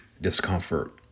discomfort